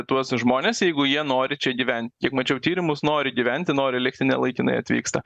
tuos žmones jeigu jie nori čia gyventi kiek mačiau tyrimus nori gyventi nori likti ne laikinai atvyksta